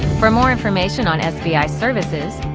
for more information on sbi services,